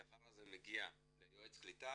הדבר הזה מגיע ליועץ הקליטה,